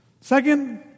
Second